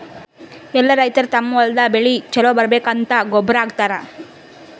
ಎಲ್ಲಾ ರೈತರ್ ತಮ್ಮ್ ಹೊಲದ್ ಬೆಳಿ ಛಲೋ ಬರ್ಬೇಕಂತ್ ಗೊಬ್ಬರ್ ಹಾಕತರ್